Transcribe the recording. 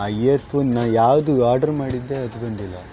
ಆ ಇಯರ್ ಫೋನ್ನ ಯಾವುದು ಆರ್ಡ್ರು ಮಾಡಿದ್ದೆ ಅದು ಬಂದಿಲ್ಲ